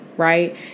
Right